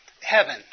heaven